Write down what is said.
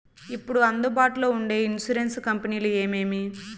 ఇప్పుడు అందుబాటులో ఉండే ఇన్సూరెన్సు కంపెనీలు ఏమేమి?